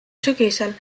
sügisel